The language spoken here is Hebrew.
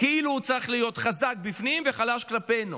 כאילו הוא צריך להיות חזק בפנים וחלש כלפינו,